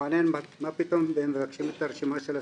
מעניין מה פתאום הם מבקשים את הרשימה של הספרים.